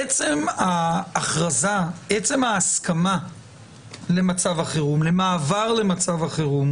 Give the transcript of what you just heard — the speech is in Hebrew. עצם ההכרזה, עצם ההסכמה למעבר למצב החירום